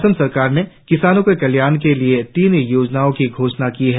असम सरकार ने किसानों के कल्याण के लिए तीन योजनाओं की घोषणा की है